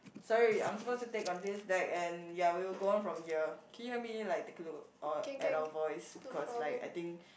sorry I'm supposed to take on this deck and ya we will go on from here can you help me like take a look or at our voice because like I think